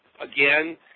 Again